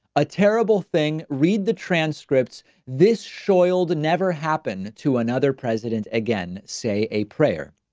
a terrible thing. read the transcripts, this show oiled and never happen to another president again. say a prayer.